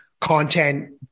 content